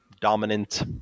dominant